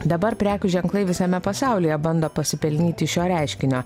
dabar prekių ženklai visame pasaulyje bando pasipelnyti iš šio reiškinio